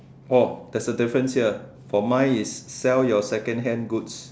oh there's a difference here for mine is sell your secondhand goods